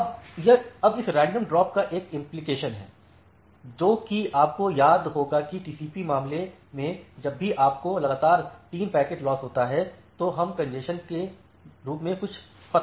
अब इस random drop का एक इम्प्लीकेशन है जोकि आपको याद होगा कि टीसीपीके मामले में जब भी आपको लगातार 3 पैकेट्स लॉस होता है तब हम कॅन्जेशन के रूप में कुछ का पता लगाते हैं